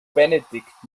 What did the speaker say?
benedikt